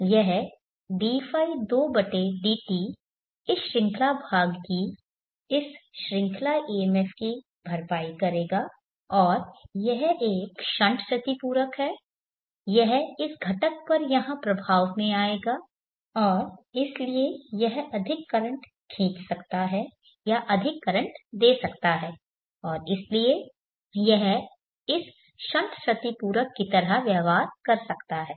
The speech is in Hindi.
यह dϕ2 dt इस श्रृंखला भाग की इस श्रृंखला EMF की भरपाई करेगा और यह एक शंट क्षतिपूरक है यह इस घटक पर यहाँ प्रभाव में आएगा और इसलिए यह अधिक करंट खींच सकता है या अधिक करंट दे सकता है और इसलिए यह इस शंट क्षतिपूरक की तरह व्यवहार कर सकता है